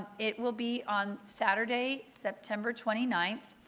it will be on saturday september twenty ninth.